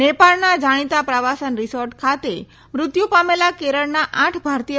નેપાળના જાણીતા પ્રવાસન રિસોર્ટ ખાતે મૃત્યુ પામેલા કેરળના આઠ ભારતીય